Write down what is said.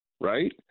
right